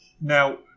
Now